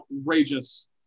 outrageous